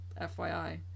FYI